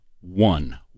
one